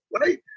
right